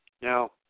now